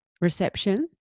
reception